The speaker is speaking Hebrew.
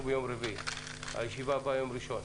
היום יום רביעי והישיבה הבאה ביום ראשון.